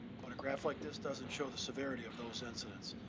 but a graph like this doesn't show the severity of those incidents.